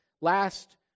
last